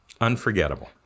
Unforgettable